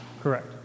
Correct